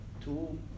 two